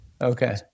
Okay